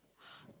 !huh!